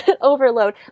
overload